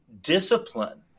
discipline